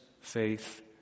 faith